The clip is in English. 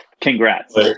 Congrats